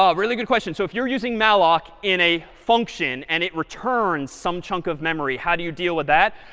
um really good question. so if you're using malloc in a function and it returns some chunk of memory, how do you deal with that?